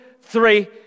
three